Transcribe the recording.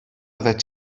oeddet